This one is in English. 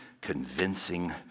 convincing